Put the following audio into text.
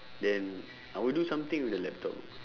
then I would do something with the laptop